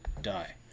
die